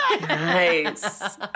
Nice